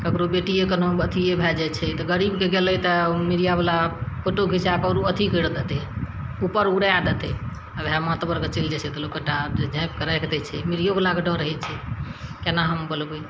ककरो बेटिये कनो अथीये भए जाइ छै तऽ गरीबके गेलय तऽ उ मीडियावला फोटो घिचायके आओर उ अथी करि देतय उपर उड़ाय देतय ओहे महतबरके चलि जाइ छै लोक झाँपिकऽ राखि दै छै मीडियोवला के डर रहय छै केना हम बोलबय